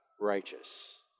righteous